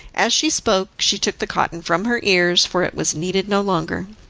as she spoke she took the cotton from her ears, for it was needed no longer.